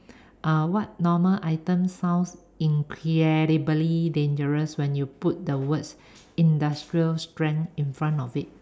uh what normal items sounds incredibly dangerous when you put the words industrial strength in front of it